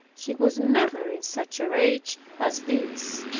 he was never in such a rage as this.